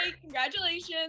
Congratulations